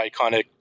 iconic